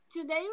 Today